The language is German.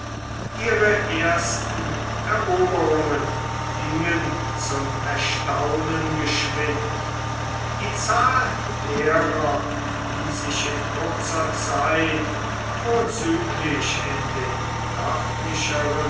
ihre ersten eroberungen gingen zum erstaunen geschwind die zahl derer die sich in kurzer zeit vorzüglich in den